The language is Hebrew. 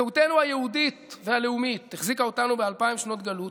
זהותנו היהודית והלאומית החזיקה אותנו באלפיים שנות גלות,